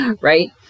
Right